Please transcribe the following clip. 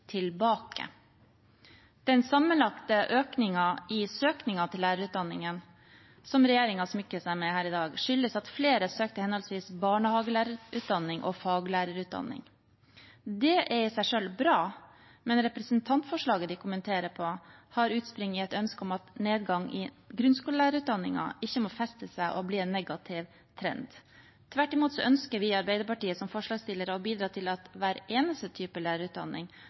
tilbake. Den sammenlagte økningen i søkningen til lærerutdanningen som regjeringen smykker seg med her i dag, skyldes at flere søkte henholdsvis barnehagelærerutdanning og faglærerutdanning. Det er i seg selv bra, men representantforslaget de kommenterer, har utspring i et ønske om at nedgangen i grunnskolelærerutdanningen ikke må feste seg og bli en negativ trend. Tvert imot ønsker vi i Arbeiderpartiet som forslagsstillere å bidra til at hver eneste type lærerutdanning